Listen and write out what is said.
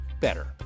better